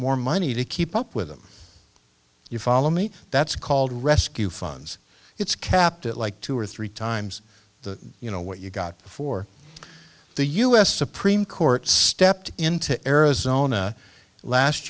more money to keep up with them you follow me that's called rescue funds it's capped at like two or three times the you know what you got before the u s supreme court stepped into arizona last